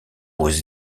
aux